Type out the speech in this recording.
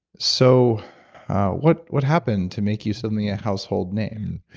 so what what happened to make you suddenly a household name?